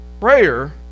Prayer